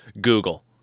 Google